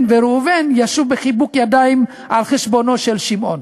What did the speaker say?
וראובן ישב בחיבוק ידיים על חשבונו של שמעון".